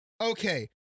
Okay